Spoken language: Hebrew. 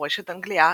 יורשת אנגלייה,